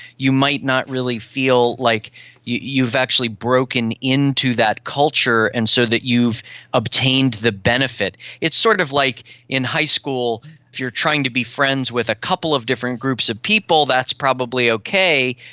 you might not really feel like you've actually broken into that culture and so that you've obtained the benefit. it's sort of like in high school if you're trying to be friends with a couple of different groups of people, that's probably okay,